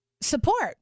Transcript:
support